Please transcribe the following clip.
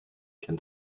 can